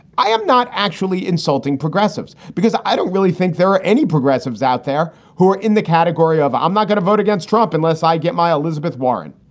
i am not actually insulting progressives because i don't really think there any progressives out there who are in the category of i'm not going to vote against trump unless i get my elizabeth warren.